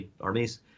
armies